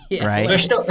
right